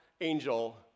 angel